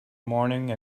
morning